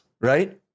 right